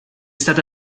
stata